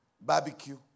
barbecue